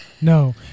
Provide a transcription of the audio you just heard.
no